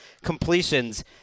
completions